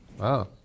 Wow